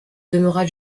demeura